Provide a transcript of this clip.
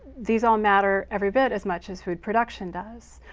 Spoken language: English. these all matter every bit as much as food production does.